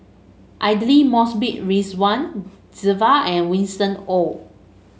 Aidli Mosbit Ridzwan Dzafir and Winston Oh